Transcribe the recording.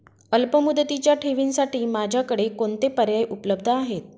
अल्पमुदतीच्या ठेवींसाठी माझ्याकडे कोणते पर्याय उपलब्ध आहेत?